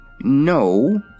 No